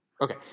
okay